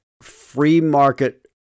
free-market